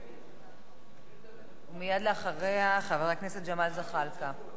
מייד אחריה, חבר הכנסת ג'מאל זחאלקה.